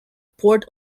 port